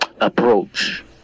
approach